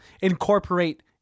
incorporate